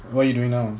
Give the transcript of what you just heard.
what are you doing now